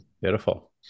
beautiful